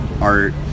art